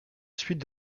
suite